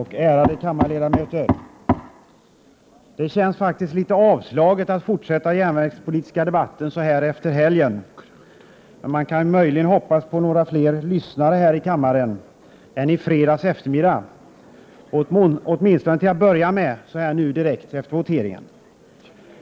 Herr talman! Det känns faktiskt litet avslaget att fortsätta den järnvägspolitiska debatten nu efter helgen. Man kan möjligen hoppas på några fler lyssnare här i kammaren än i fredags eftermiddag, åtminstone till att börja med så här direkt efter voteringen.